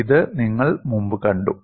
ഇത് നിങ്ങൾ മുമ്പ് കണ്ടു